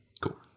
Cool